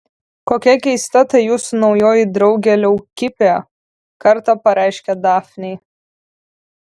kokia keista ta jūsų naujoji draugė leukipė kartą pareiškė dafnei